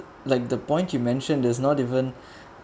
like the point you mentioned there's not even